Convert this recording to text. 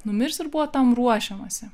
numirs ir buvo tam ruošiamasi